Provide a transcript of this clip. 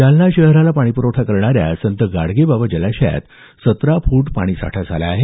जालना शहराला पाणी प्रखठा करणाऱ्या संत गाडगेबाबा जलाशयात सतरा फूट पाणी साठा झाला आहे